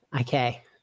Okay